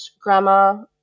grammar